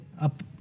up